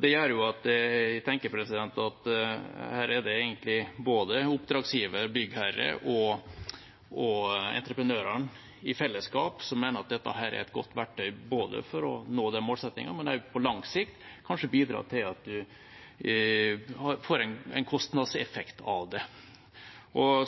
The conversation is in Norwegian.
Det gjør at jeg tenker at her er det egentlig både oppdragsgiveren, byggherren og entreprenørene i fellesskap som mener at dette er et godt verktøy både for å nå de målsettingene og på lang sikt kanskje bidra til at vi får en kostnadseffekt av det.